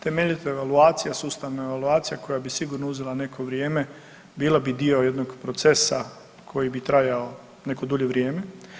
Temeljita evaluacija, sustavna evaluacija koja bi sigurno uzela neko vrijeme bila bi dio jednog procesa koji bi trajao neko dulje vrijeme.